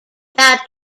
that